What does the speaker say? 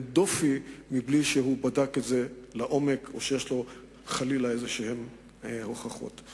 דופי מבלי שבדק לעומק או שיש לו חלילה הוכחות כלשהן.